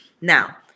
Now